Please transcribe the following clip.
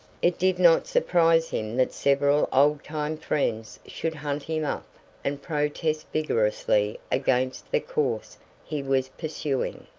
it did not surprise him that several old-time friends should hunt him up and protest vigorously against the course he was pursuing.